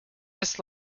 his